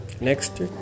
Next